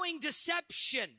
deception